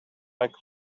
like